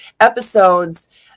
episodes